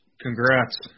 Congrats